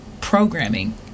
programming